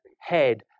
head